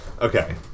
Okay